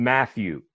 Matthew